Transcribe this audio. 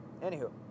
anywho